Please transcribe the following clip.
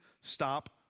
Stop